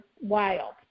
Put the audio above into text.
wild